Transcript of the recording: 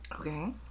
Okay